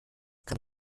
kann